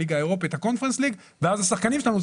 הקונפרנס ליג ואז השחקנים שלנו,